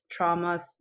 traumas